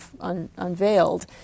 unveiled